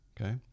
Okay